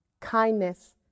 kindness